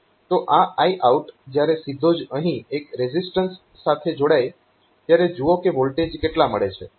તો આ Iout જ્યારે સીધો જ અહીં એક રેઝીઝટન્સ સાથે જોડાય ત્યારે જુઓ કે વોલ્ટેજ કેટલા મળે છે